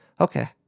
Okay